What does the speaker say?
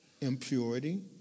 impurity